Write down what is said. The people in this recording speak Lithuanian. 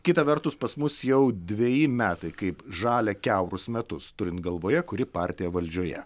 kita vertus pas mus jau dveji metai kaip žalia kiaurus metus turint galvoje kuri partija valdžioje